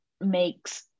makes